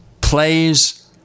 plays